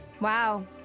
Wow